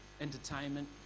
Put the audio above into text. entertainment